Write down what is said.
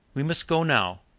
we must go now,